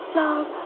love